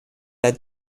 led